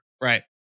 Right